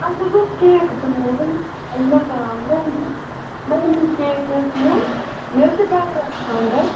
اَسہِ حَظ اوس کیک بَناوُن اَہَن حظ آ مہنٛدی مہنٛدی کیک ٲسۍ نِیُن مےٚ حَظ چھُ برٛیدرَس خانٛدر